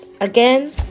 again